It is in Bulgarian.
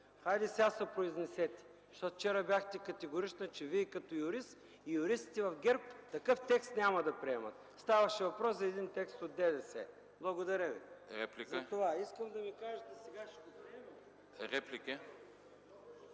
Хайде, сега се произнесете, защото вчера бяхте категорична, че Вие като юрист и юристите в ГЕРБ такъв текст няма да приемат. Ставаше въпрос за един текст от ДДС. Благодаря Ви. ПРЕДСЕДАТЕЛ